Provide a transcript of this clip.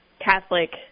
Catholic